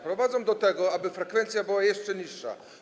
Prowadzą do tego, aby frekwencja była jeszcze niższa.